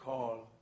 call